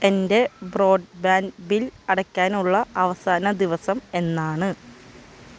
എൻ്റെ broadband bill അടയ്ക്കാനുള്ള അവസാന ദിവസം എന്നാണ്